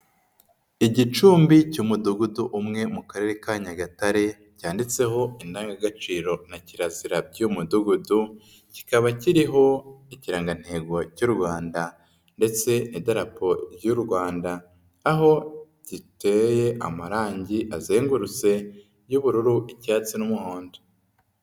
Igicumbi cy'umudugudu umwe mu karere ka Nyagatare cyanditseho indangagaciro na kirazira by'uyu mudugudu, kikaba kiriho Ikirangantego cy'u Rwanda ndetse n'Idarapo ry'u Rwanda, aho giteye amarangi azengurutse y'ubururu, icyatsi n'umuhondo.